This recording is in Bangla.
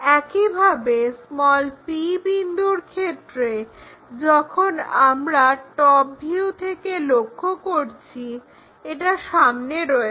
একইভাবে p বিন্দুর ক্ষেত্রে যখন আমরা টপ ভিউ থেকে লক্ষ্য করছি এটা সামনে রয়েছে